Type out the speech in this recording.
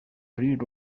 read